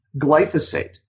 Glyphosate